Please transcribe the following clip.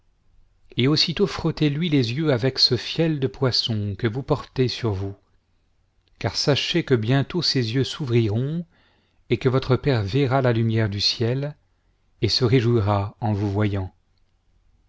et aussitôt frottez-lui les yeux avec ce fiel de poisson que vous portez sur vous car sachez que bientôt ses yeux s'ouvriront et que votre père verra la lumière du ciel et se réjouira en vous voyant